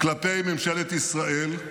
כלפי ממשלת ישראל,